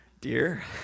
Dear